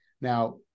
Now